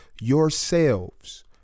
yourselves